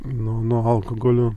nuo nuo alkogolio